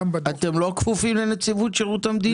גם בדוח --- אתם לא כפופים לנציבות שירות המדינה